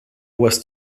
was